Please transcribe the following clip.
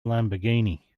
lamborghini